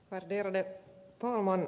värderade talman